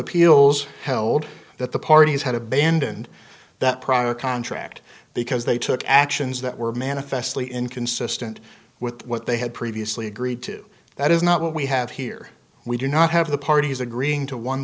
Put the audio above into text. appeals held that the parties had abandoned that prior contract because they took actions that were manifestly inconsistent with what they had previously agreed to that is not what we have here we do not have the parties agreeing to one